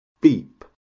beep